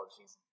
season